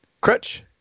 Crutch